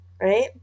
right